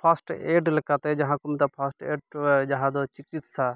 first aid ᱞᱮᱠᱟᱛᱮ ᱡᱟᱦᱟᱸ ᱠᱚ ᱢᱮᱛᱟᱜ ᱯᱷᱟᱥᱴ ᱮᱰ ᱡᱟᱦᱟᱸ ᱫᱚ ᱪᱤᱠᱤᱛᱥᱟ